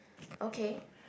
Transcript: okay